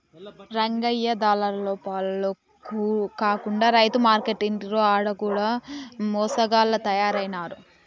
రంగయ్య దళార్ల పాల కాకుండా రైతు మార్కేట్లంటిరి ఆడ కూడ మోసగాళ్ల తయారైనారు